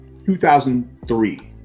2003